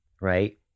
right